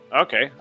Okay